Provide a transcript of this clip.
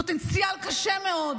פוטנציאל קשה מאוד